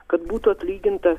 kad būtų atlyginta